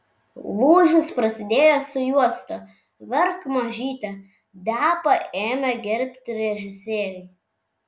lūžis prasidėjo su juosta verk mažyte depą ėmė gerbti režisieriai